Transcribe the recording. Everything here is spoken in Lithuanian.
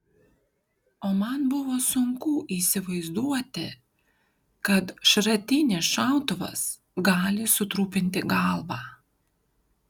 o man buvo sunku įsivaizduoti kad šratinis šautuvas gali sutrupinti galvą